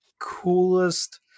coolest